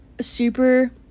super